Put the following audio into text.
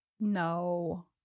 No